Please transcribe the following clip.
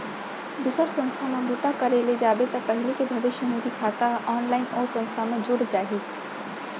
दूसर संस्था म बूता करे ल जाबे त पहिली के भविस्य निधि खाता ह ऑनलाइन ओ संस्था म जुड़ जाही